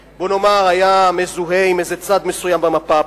שהיה מזוהה עם איזה צד מסוים במפה הפוליטית.